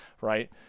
right